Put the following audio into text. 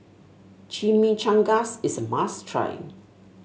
chimichangas is a must try